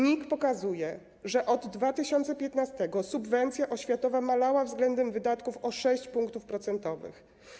NIK pokazuje, że od 2015 r. subwencja oświatowa malała względem wydatków o 6 punktów procentowych.